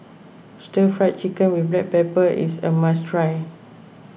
Stir Fried Chicken with Black Pepper is a must try